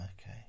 Okay